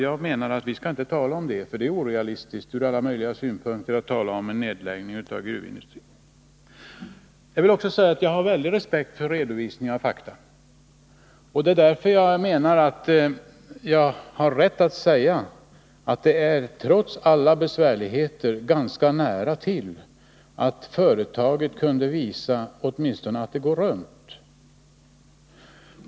Jag anser att vi inte skall tala om det, för det är orealistiskt ur alla synpunkter att tala om en nedläggning av gruvindustrin. Jag vill också säga att jag har en väldig respekt för redovisning av fakta. Det är därför jag menar att jag har rätt att säga att det trots alla besvärligheter är ganska nära till att företaget kunde visa åtminstone att det går runt.